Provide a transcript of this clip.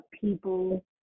people